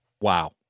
Wow